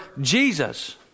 Jesus